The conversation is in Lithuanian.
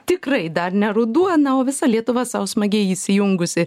tikrai dar ne ruduo na o visa lietuva sau smagiai įsijungusi